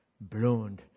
blown